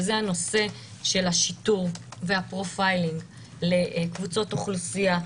וזה הנושא של השיטור וה-profiling לקבוצות אוכלוסייה,